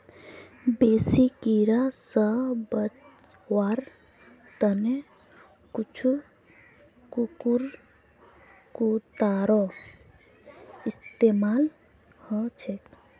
बेसी कीरा स बचवार त न कुछू कुकुरमुत्तारो इस्तमाल ह छेक